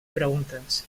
preguntes